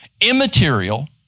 immaterial